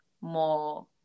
more